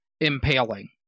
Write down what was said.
impaling